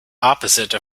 opposite